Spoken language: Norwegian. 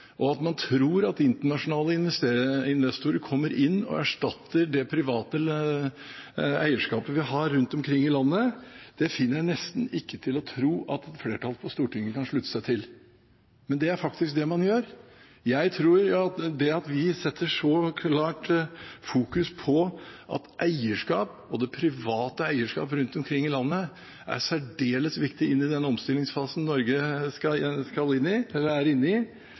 og at man tror at internasjonale investorer kommer inn og erstatter det private eierskapet vi har rundt omkring i landet. Det finner jeg nesten ikke til å tro at et flertall på Stortinget kan slutte seg til, men det er faktisk det man gjør. Det at vi setter så klart fokus på at eierskap og det private eierskap rundt omkring i landet er særdeles viktig i den omstillingsfasen Norge er inne i, tror jeg kommer til å vise seg svært viktig og svært riktig. Så er